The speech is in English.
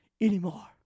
anymore